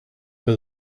but